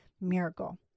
miracle